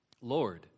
Lord